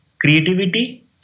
creativity